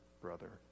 brother